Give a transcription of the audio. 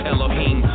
Elohim